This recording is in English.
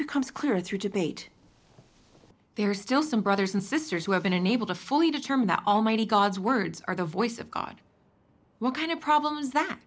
becomes clear through debate there are still some brothers and sisters who have been unable to fully determine that almighty god's words are the voice of god what kind of problem is that